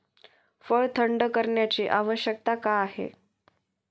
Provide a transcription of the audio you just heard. फळ थंड करण्याची आवश्यकता का आहे?